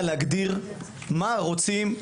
להגדיר מה רוצים,